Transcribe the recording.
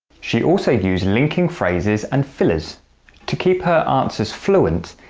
she also used linking phrases and fillers to keep her answers fluent,